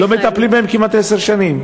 כי כבר לא מטפלים בהם כמעט עשר שנים.